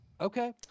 Okay